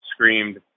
screamed